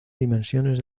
dimensiones